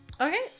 Okay